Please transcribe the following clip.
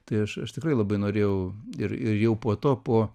tai aš aš tikrai labai norėjau ir ir jau po to po